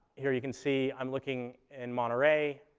here you can see, i'm looking in monterey,